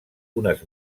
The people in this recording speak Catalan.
unes